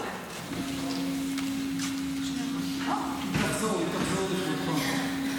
היא תחזור, היא תחזור לכבודך.